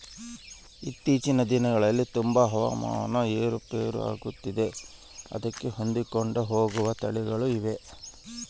ಇತ್ತೇಚಿನ ದಿನಗಳಲ್ಲಿ ತುಂಬಾ ಹವಾಮಾನ ಏರು ಪೇರು ಆಗುತ್ತಿದೆ ಅದಕ್ಕೆ ಹೊಂದಿಕೊಂಡು ಹೋಗುವ ತಳಿಗಳು ಇವೆಯಾ?